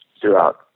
throughout